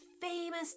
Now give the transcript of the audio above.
famous